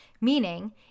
Meaning